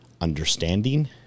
understanding